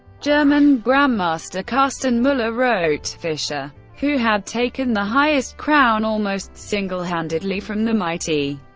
german grandmaster karsten muller wrote fischer, who had taken the highest crown almost singlehandedly from the mighty,